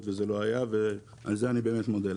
וזה לא היה ועל זה אני באמת מודה לכם.